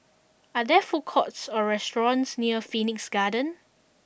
are there food courts or restaurants near Phoenix Garden